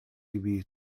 imi